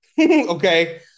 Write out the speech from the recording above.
okay